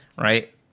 Right